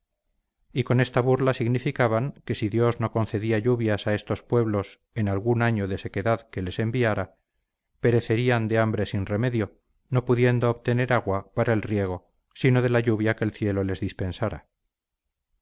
y con esta burla significaban que si dios no concedía lluvias a estos pueblos en algún año de sequedad que les enviara perecerían de hambre sin remedio no pudiendo obtener agua para el riego sino de la lluvia que el cielo les dispensara